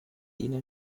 ihnen